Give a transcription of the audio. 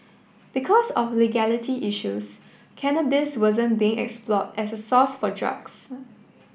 because of legality issues cannabis wasn't being explored as a source for drugs